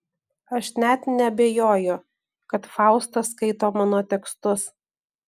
aš net neabejoju kad fausta skaito mano tekstus